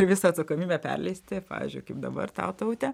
ir visą atsakomybę perleisti pavyzdžiui kaip dabar tau taute